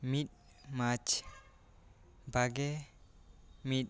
ᱢᱤᱫ ᱢᱟᱨᱪ ᱵᱟᱜᱮ ᱢᱤᱫ